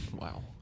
Wow